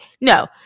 no